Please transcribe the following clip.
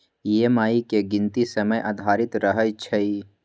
EMI के गीनती समय आधारित रहै छइ